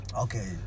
Okay